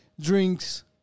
drinks